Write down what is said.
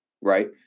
right